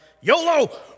YOLO